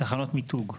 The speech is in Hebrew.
תחנות מיתוג.